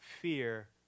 Fear